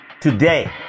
Today